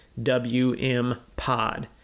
WMPod